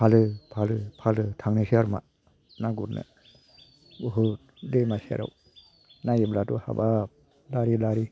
फालो फालो फालो थांनोसै आरोमा ना गुरनो बहुत दैमा सेराव नायोब्लाथ' हाबाब लारि लारि